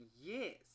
years